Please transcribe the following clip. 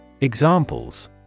Examples